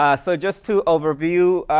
ah so, just to overview,